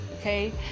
okay